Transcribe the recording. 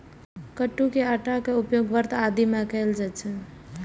कट्टू के आटा के उपयोग व्रत आदि मे कैल जाइ छै